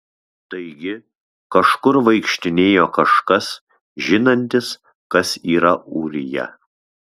taigi kažkur vaikštinėjo kažkas žinantis kas yra ūrija